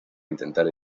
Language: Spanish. intentar